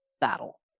battle